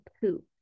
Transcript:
poop